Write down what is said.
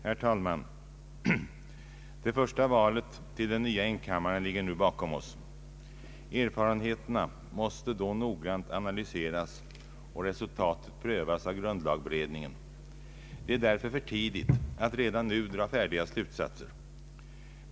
Herr talman! Det första valet till den nya enkammaren ligger nu bakom oss. Erfarenheterna måste då noggrant analyseras och resultatet prövas av grundlagberedningen. Det är alltså för tidigt att redan nu dra färdiga slutsatser.